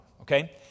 okay